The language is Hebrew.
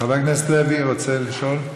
חבר הכנסת רוצה לשאול?